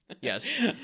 Yes